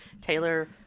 Taylor